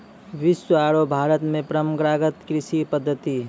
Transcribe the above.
विश्व आरो भारत मॅ परंपरागत कृषि पद्धति